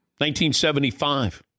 1975